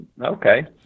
okay